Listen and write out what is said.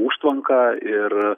užtvanką ir